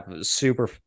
Super